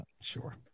sure